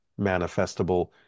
manifestable